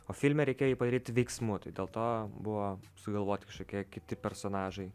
o filme reikėjo jį padaryt veiksmu tai dėl to buvo sugalvoti kažkokie kiti personažai